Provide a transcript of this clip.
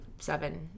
seven